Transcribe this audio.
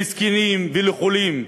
לזקנים ולחולים.